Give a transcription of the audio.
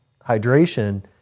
hydration